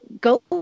go